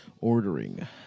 ordering